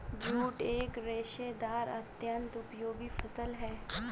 jute एक रेशेदार अत्यन्त उपयोगी फसल है